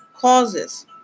causes